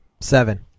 Seven